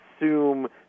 assume